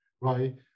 right